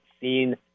seen